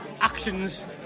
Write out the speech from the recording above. actions